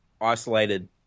isolated